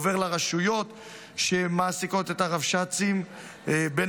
עובר לרשויות שמעסיקות את הרבש"צים בין